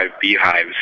beehives